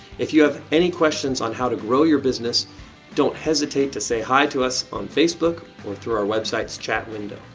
if you have any questions on how to grow your business then don't hesitate to say hi to us on facebook or through our website's chat window.